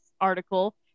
article